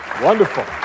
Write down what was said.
wonderful